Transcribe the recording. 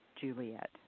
Juliet